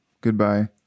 goodbye